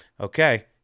okay